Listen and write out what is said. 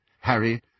Harry